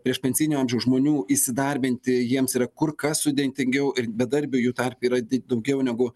priešpensijinio amžiaus žmonių įsidarbinti jiems yra kur kas sudėtingiau ir bedarbių jų tarpe yra di daugiau negu